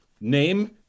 name